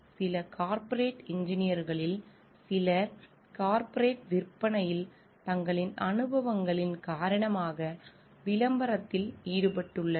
சில கார்ப்பரேட் இன்ஜினியர்களில் சிலர் கார்ப்பரேட் விற்பனையில் தங்களின் அனுபவங்களின் காரணமாக விளம்பரத்தில் ஈடுபட்டுள்ளனர்